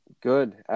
Good